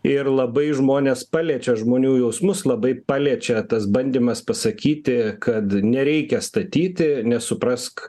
ir labai žmones paliečia žmonių jausmus labai paliečia tas bandymas pasakyti kad nereikia statyti nes suprask